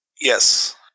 Yes